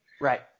Right